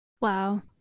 Wow